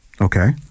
Okay